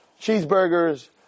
cheeseburgers